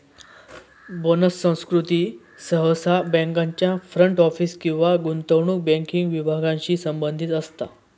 bonus संस्कृती सहसा बँकांच्या फ्रंट ऑफिस किंवा गुंतवणूक बँकिंग विभागांशी संबंधित असता